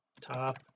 top